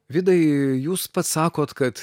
vidai jūs pats sakot kad